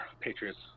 Patriots